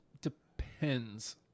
Depends